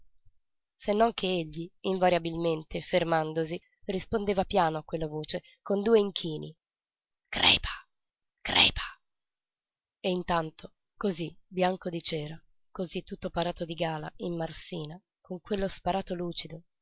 non che egli invariabilmente fermandosi rispondeva piano a quella voce con due inchini crepa crepa e intanto cosí bianco di cera cosí tutto parato di gala in marsina con quello sparato lucido